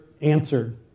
answered